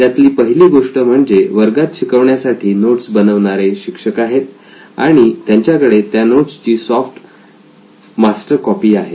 त्यातली पहिली गोष्ट म्हणजे वर्गात शिकवण्यासाठी नोट्स बनवणारे शिक्षक आहेत आणि त्यांच्याकडे त्या नोट्स ची सॉफ्ट मास्टर कॉपी आहे